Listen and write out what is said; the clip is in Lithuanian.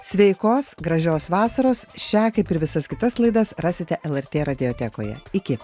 sveikos gražios vasaros šią kaip ir visas kitas laidas rasite lrt radiotekoje iki